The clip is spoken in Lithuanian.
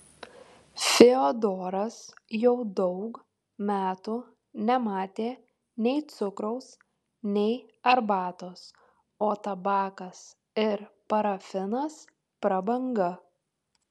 fiodoras jau daug metų nematė nei cukraus nei arbatos o tabakas ir parafinas prabanga